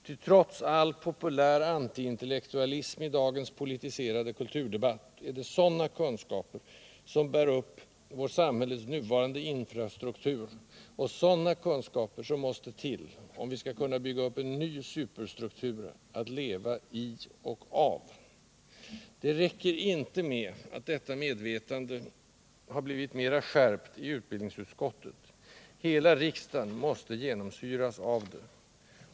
Ty trots all populär antiintellektualism i dagens politiserade kulturdebatt är det sådana kunskaper som bär upp vårt samhälles nuvarande infrastruktur och sådana kunskaper som måste till, om vi skall kunna bygga upp en ny superstruktur att leva i — och av. Det räcker inte med att detta medvetande har blivit mera skärpt i utbildningsutskottet. Hela riksdagen måste genomsyras av det.